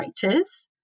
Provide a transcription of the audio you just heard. characters